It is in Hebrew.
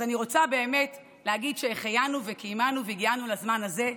אז אני רוצה להגיד שהחיינו וקיימנו והגיענו לזמן הזה.